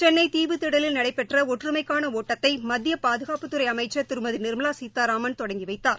சென்ளை தீவுத்திடலில் நடைபெற்ற ஒற்றுமைக்கான ஒட்டத்தை மத்திய பாதுகாப்புத்துறை அமைச்சர் திருமதி நிர்மலா சீதாராமன் தொடங்கி வைத்தார்